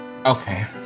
Okay